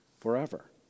forever